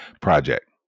project